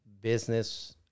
business